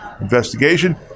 investigation